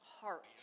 heart